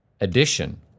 addition